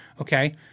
okay